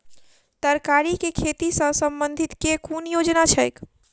तरकारी केँ खेती सऽ संबंधित केँ कुन योजना छैक?